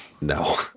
No